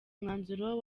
umwanzuro